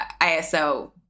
ISO